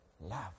love